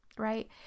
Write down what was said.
right